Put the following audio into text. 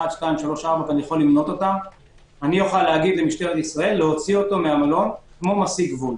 אוכל למנות אני אוכל לומר למשטרת ישראל להוציאו מהמלון כמו משיג גבול.